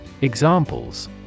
Examples